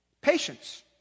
Patience